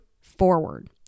forward